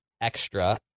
Extra